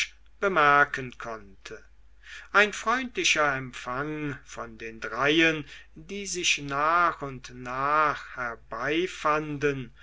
bemerken konnte ein freundlicher empfang von den dreien die sich nach und nach